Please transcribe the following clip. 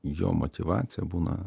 jo motyvacija būna